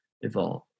evolve